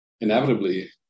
inevitably